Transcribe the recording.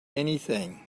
anything